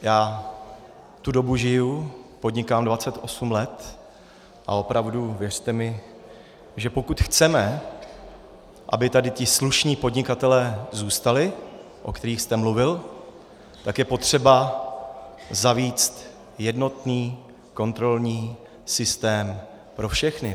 Já tu dobu žiju, podnikám 28 let a opravdu, věřte mi, že pokud chceme, aby tady ti slušní podnikatelé zůstali, o kterých jste mluvil, tak je potřeba zavést jednotný kontrolní systém pro všechny.